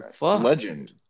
Legend